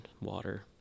water